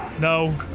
No